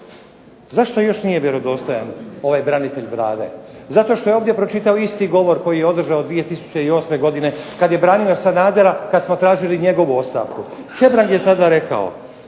Zašto još nije vjerodostojan ovaj branitelj Vlade? Zato što je ovdje pročitao isti govor koji je održao 2008. godine kad je branio Sanadera kad smo tražili njegovu ostavku. Hebrang je tada rekao: